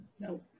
no